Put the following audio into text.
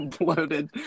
bloated